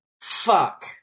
Fuck